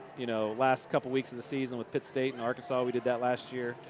you know, last couple weeks of the season with pitt state and arkansas. we did that last year.